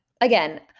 again